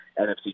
NFC